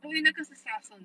因为那个是杀身